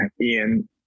Ian